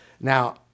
Now